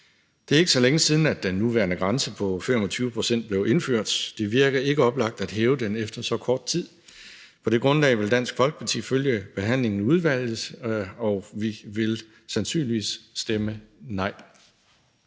Det er ikke så længe siden, at den nuværende grænse på 25 pct. blev indført. Det virker ikke oplagt at hæve den efter så kort tid. På det grundlag vil Dansk Folkeparti følge behandlingen i udvalget, og vi vil sandsynligvis stemme nej.